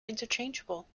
interchangeable